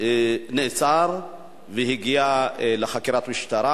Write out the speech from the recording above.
נעצר והגיע לחקירת משטרה?